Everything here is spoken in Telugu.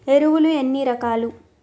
ఎరువులు ఎన్ని రకాలు?